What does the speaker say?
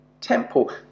temple